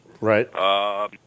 Right